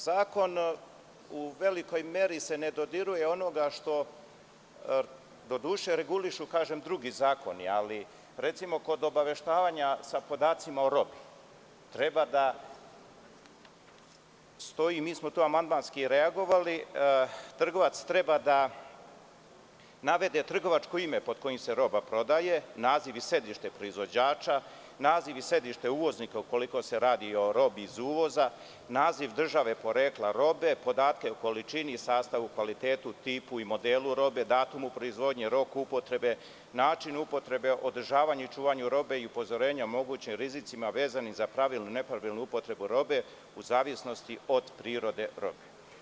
Zakon se u velikoj meri ne dodiruje onoga što, doduše, regulišu drugi zakoni, ali kod obaveštavanja sa podacima o robi, treba da stoji, mi smo tu amandmanski reagovali, da trgovac treba da navede trgovačko ime pod kojim se roba prodaje, naziv i sedište proizvođača, naziv i sedište uvoznika ukoliko se radi o robi iz uvoza, naziv države porekla robe, podatke o količini i sastavu, kvalitetu, tipu i modelu robe, datumu proizvodnje, rok upotrebe, način upotrebe, održavanju i čuvanju robe i upozorenja o mogućim rizicima vezanim za pravilnu i nepravilnu upotrebu robe, u zavisnosti od prirode robe.